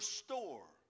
store